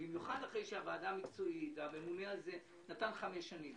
במיוחד אחרי שהוועדה המקצועית והממונה הזה נתן חמש שנים,